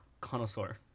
connoisseur